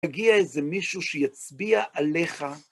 יגיע איזה מישהו שיצביע עליך.